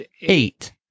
eight